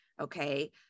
Okay